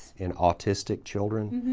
in autistic children.